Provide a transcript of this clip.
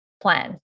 plan